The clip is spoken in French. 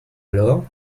alors